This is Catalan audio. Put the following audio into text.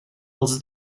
als